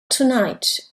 tonight